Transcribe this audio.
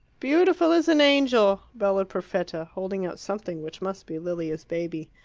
beautiful as an angel! bellowed perfetta, holding out something which must be lilia's baby.